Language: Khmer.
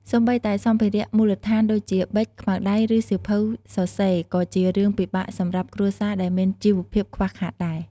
សូម្បីតែសម្ភារៈមូលដ្ឋានដូចជា ប៊ិច ខ្មៅដៃ ឬសៀវភៅសរសេរ ក៏ជារឿងពិបាកសម្រាប់គ្រួសារដែលមានជីវភាពខ្វះខាតដែរ។